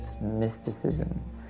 mysticism